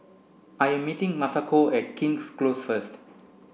I am meeting Masako at King's Close first